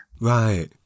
Right